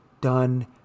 done